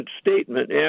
statement